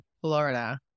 Florida